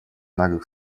наглых